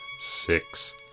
six